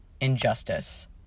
injustice